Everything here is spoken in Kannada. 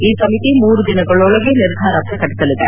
ಈ ಸಮಿತಿ ಮೂರು ದಿನಗಳೊಳಗೆ ನಿರ್ಧಾರ ಪ್ರಕಟಿಸಲಿದೆ